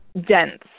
dense